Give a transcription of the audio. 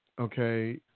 Okay